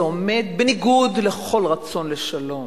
זה עומד בניגוד לכל רצון לשלום,